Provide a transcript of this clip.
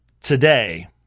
today